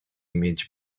mieć